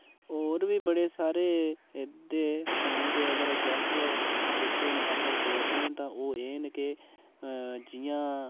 होर बी बड़े सारे ते फोन दे अगर गलत जेहके न असर पोआ करदे न तां ओह् एह् न के जियां